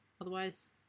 otherwise